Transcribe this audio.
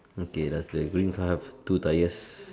okay does the green car have two tyres